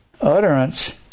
Utterance